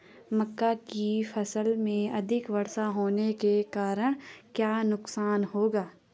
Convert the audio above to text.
मक्का की फसल में अधिक वर्षा होने के कारण क्या नुकसान होगा?